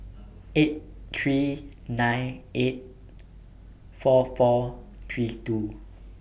eight three nine eight four four three two